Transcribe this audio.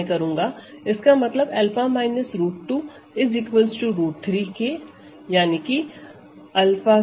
इसका मतलब 𝛂 √2 √3 के